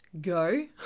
go